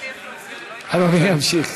אדוני ימשיך.